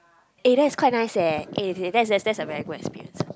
eh that is quite nice eh eh that's that's that's a very good experience